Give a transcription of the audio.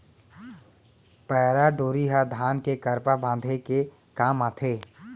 पैरा डोरी ह धान के करपा बांधे के काम आथे